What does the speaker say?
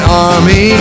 army